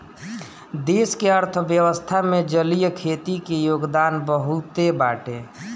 देश के अर्थव्यवस्था में जलीय खेती के योगदान बहुते बाटे